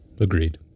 Agreed